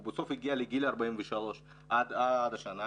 הוא בסוף יגיע לגיל 43 עד השנה,